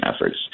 efforts